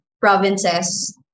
provinces